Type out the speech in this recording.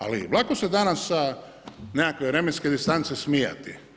Ali lako se danas sa nekakve vremenske distance smijati.